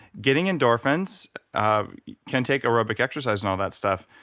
getting endorphins ah can take aerobic exercise and all that stuff.